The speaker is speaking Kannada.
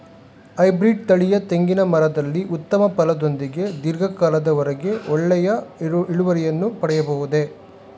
ಹೈಬ್ರೀಡ್ ತಳಿಯ ತೆಂಗಿನ ಮರದಲ್ಲಿ ಉತ್ತಮ ಫಲದೊಂದಿಗೆ ಧೀರ್ಘ ಕಾಲದ ವರೆಗೆ ಒಳ್ಳೆಯ ಇಳುವರಿಯನ್ನು ಪಡೆಯಬಹುದೇ?